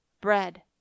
bread